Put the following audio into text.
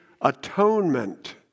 atonement